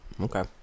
okay